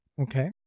Okay